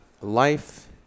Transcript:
Life